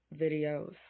videos